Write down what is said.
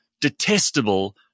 detestable